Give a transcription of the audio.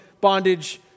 bondage